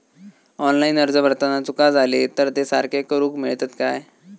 Online अर्ज भरताना चुका जाले तर ते सारके करुक मेळतत काय?